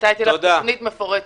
מתי תהיה לך תכנית מפורטת?